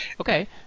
Okay